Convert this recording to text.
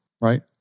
right